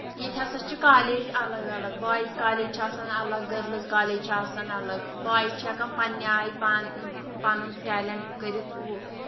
ییتہِ ہسا چھِ کالیج اَلگ الگ بایِز کالیج چھِ آسان اَلگ گٔرلٔز کالیج چھِ آسان الَگ بایِز چھِ ہٮ۪کان پَنٕنہِ آیہِ پانہٕ پَنُن ٹیلینٛٹ کٔرِتھ